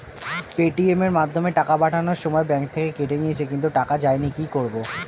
Paytm এর মাধ্যমে টাকা পাঠানোর সময় ব্যাংক থেকে কেটে নিয়েছে কিন্তু টাকা যায়নি কি করব?